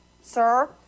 sir